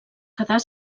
quedar